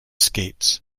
skates